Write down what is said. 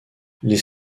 les